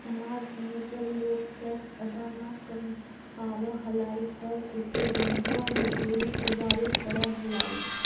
समाज में जब लोग टैक्स अदा न कर पावा हलाई तब उसे बंधुआ मजदूरी करवावे पड़ा हलाई